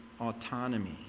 autonomy